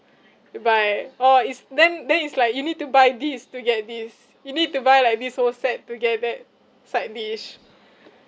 to buy or is then then it's like you need to buy this to get this you need to buy like this whole set to get that side dish